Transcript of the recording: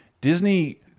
Disney